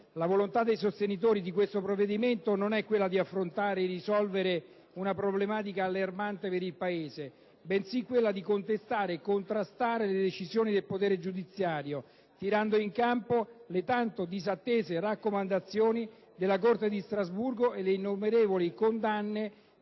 La volontà dei sostenitori di questo provvedimento non è quella di affrontare e risolvere una problematica allarmante per il Paese, bensì quella di contestare e contrastare le decisioni del potere giudiziario, tirando in campo le tanto disattese raccomandazioni della Corte di Strasburgo e le innumerevoli condanne